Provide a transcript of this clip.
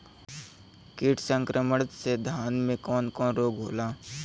कीट संक्रमण से धान में कवन कवन रोग होला?